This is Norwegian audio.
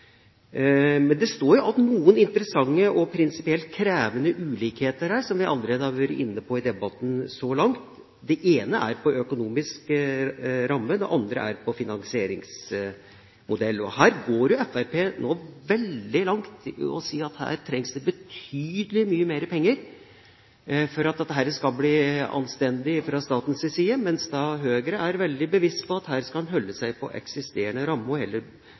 Men det står jo igjen noen interessante og prinsipielt krevende ulikheter, som vi allerede har vært inne på i debatten så langt. Det ene gjelder økonomisk ramme, det andre gjelder finansieringsmodell. Her går nå Fremskrittspartiet veldig langt i å si at det trengs betydelig mer penger for at dette skal bli anstendig fra statens side, mens Høyre er veldig bevisst på å holde seg innenfor eksisterende ramme og heller arbeide smartere innenfor den rammen som også regjeringspartiene har lagt seg på.